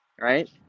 right